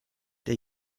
der